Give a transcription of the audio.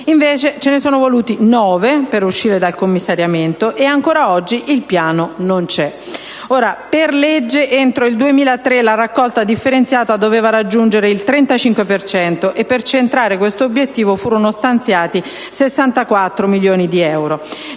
Invece ci sono voluti nove anni per uscire dal commissariamento, e ancora oggi il piano non c'è. Per legge, entro il 2003 la raccolta differenziata doveva raggiungere il 35 per cento, e per centrare questo obiettivo furono stanziati 64 milioni di euro.